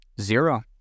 Zero